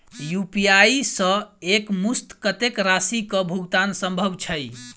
UPI सऽ एक मुस्त कत्तेक राशि कऽ भुगतान सम्भव छई?